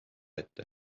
ette